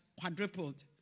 quadrupled